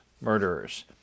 murderers